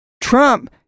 Trump